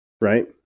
Right